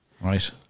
Right